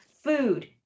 food